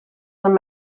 him